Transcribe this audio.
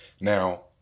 Now